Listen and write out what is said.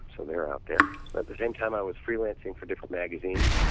so they're out there but the same time i was freelancing for different magazines,